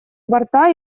борта